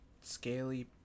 scaly